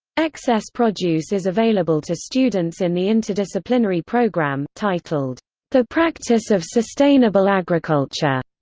excess produce is available to students in the interdisciplinary program, titled the practice of sustainable agriculture.